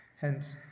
hence